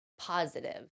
positive